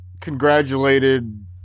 congratulated